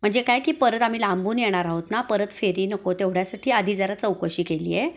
म्हणजे काय की परत आम्ही लांबून येणार आहोत ना परत फेरी नको तेवढ्यासाठी आधी जरा चौकशी केली आहे